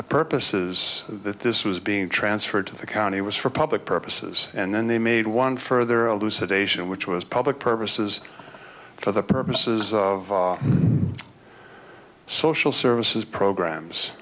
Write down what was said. the purposes that this was being transferred to the county was for public purposes and then they made one further alou sedation which was public purposes for the purposes of social services programs